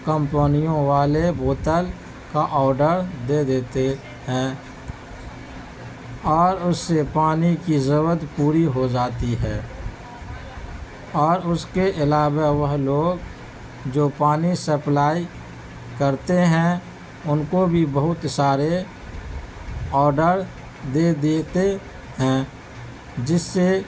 کمپنیوں والے بوتل کا آڈر دے دیتے ہیں اور اس سے پانی کی ضرورت پوری ہو جاتی ہے اور اس کے علاوہ وہ لوگ جو پانی سپلائی کرتے ہیں ان کو بھی بہت سارے آڈر دے دیتے ہیں جس سے